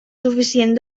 suficient